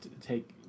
take